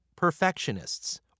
perfectionists